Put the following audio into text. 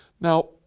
Now